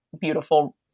beautiful